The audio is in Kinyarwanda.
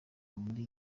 muri